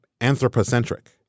anthropocentric